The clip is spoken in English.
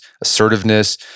assertiveness